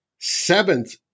Seventh